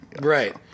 Right